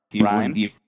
Ryan